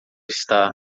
está